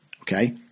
Okay